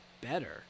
better